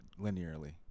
linearly